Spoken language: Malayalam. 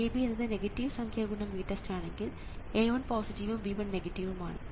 VAB എന്നത് നെഗറ്റീവ് സംഖ്യ × VTEST ആണെങ്കിൽ A1 പോസിറ്റീവും B1 നെഗറ്റീവും ആണ്